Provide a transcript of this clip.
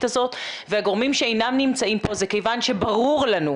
הזאת והגורמים שאינם נמצאים פה זה כיוון שברור לנו,